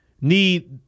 need